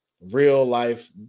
real-life